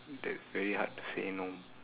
that's very hard to say no